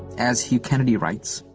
as hugh kennedy writes,